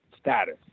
status